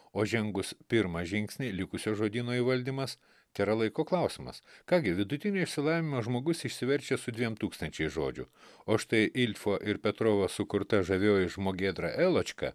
o žengus pirmą žingsnį likusio žodyno įvaldymas tėra laiko klausimas ką gi vidutinio išsilavinimo žmogus išsiverčia su dviem tūkstančiais žodžių o štai ilfo ir petrovo sukurta žavioji žmogėdra eločka